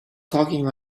talking